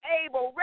able